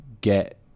get